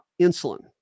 insulin